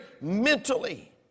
mentally